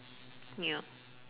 yup